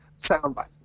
soundbite